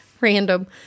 random